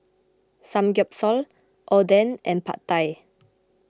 Samgyeopsal Oden and Pad Thai